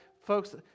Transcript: Folks